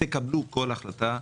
תקבלו כל החלטה.